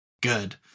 good